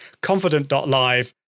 confident.live